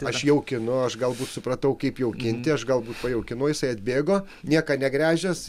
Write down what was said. aš jaukinu aš galbūt supratau kaip jaukinti aš galbūt pajaukinu jisai atbėgo nieką negręžęs